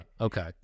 Okay